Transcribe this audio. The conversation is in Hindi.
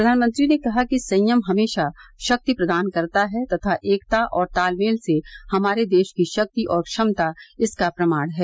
प्रधानमंत्री ने कहा कि संयम हमेशा शक्ति प्रदान करता है तथा एकता और तालमेल से हमारे देश की शक्ति और क्षमता इसका प्रमाण है